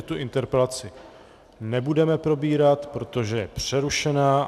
Tuto interpelaci nebudeme probírat, protože je přerušena.